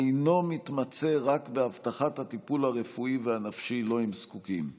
אינו מתמצה רק בהבטחת הטיפול הרפואי והנפשי שהם זקוקים לו.